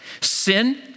Sin